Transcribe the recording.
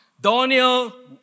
Daniel